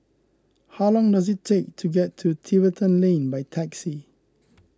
how long does it take to get to Tiverton Lane by taxi